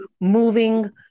moving